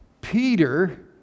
Peter